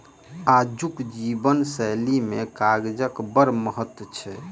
आजुक जीवन शैली मे कागजक बड़ महत्व छै